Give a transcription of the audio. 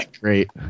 great